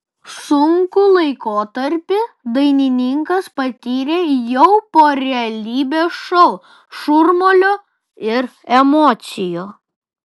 sunkų laikotarpį dainininkas patyrė jau po realybės šou šurmulio ir emocijų